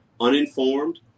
uninformed